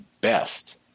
best